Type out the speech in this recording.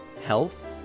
health